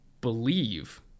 believe